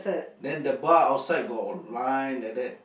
then the bar outside got line like that